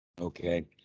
Okay